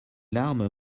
larmes